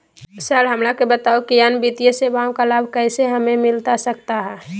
Sir हमरा के बताओ कि अन्य वित्तीय सेवाओं का लाभ कैसे हमें मिलता सकता है?